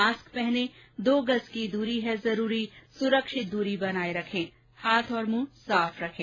mask पहनें दो गज़ की दूरी है जरूरी सुरक्षित दूरी बनाए रखें हाथ और मुंह साफ रखें